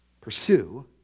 pursue